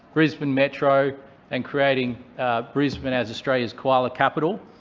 brisbane metro and creating brisbane as australia's koala capital.